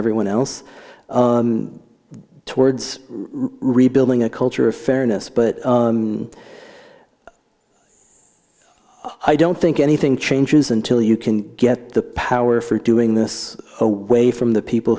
everyone else towards rebuilding a culture of fairness but i don't think anything changes until you can get the power for doing this away from the people